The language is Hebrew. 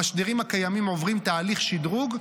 המשדרים הקיימים עוברים תהליך שדרוג.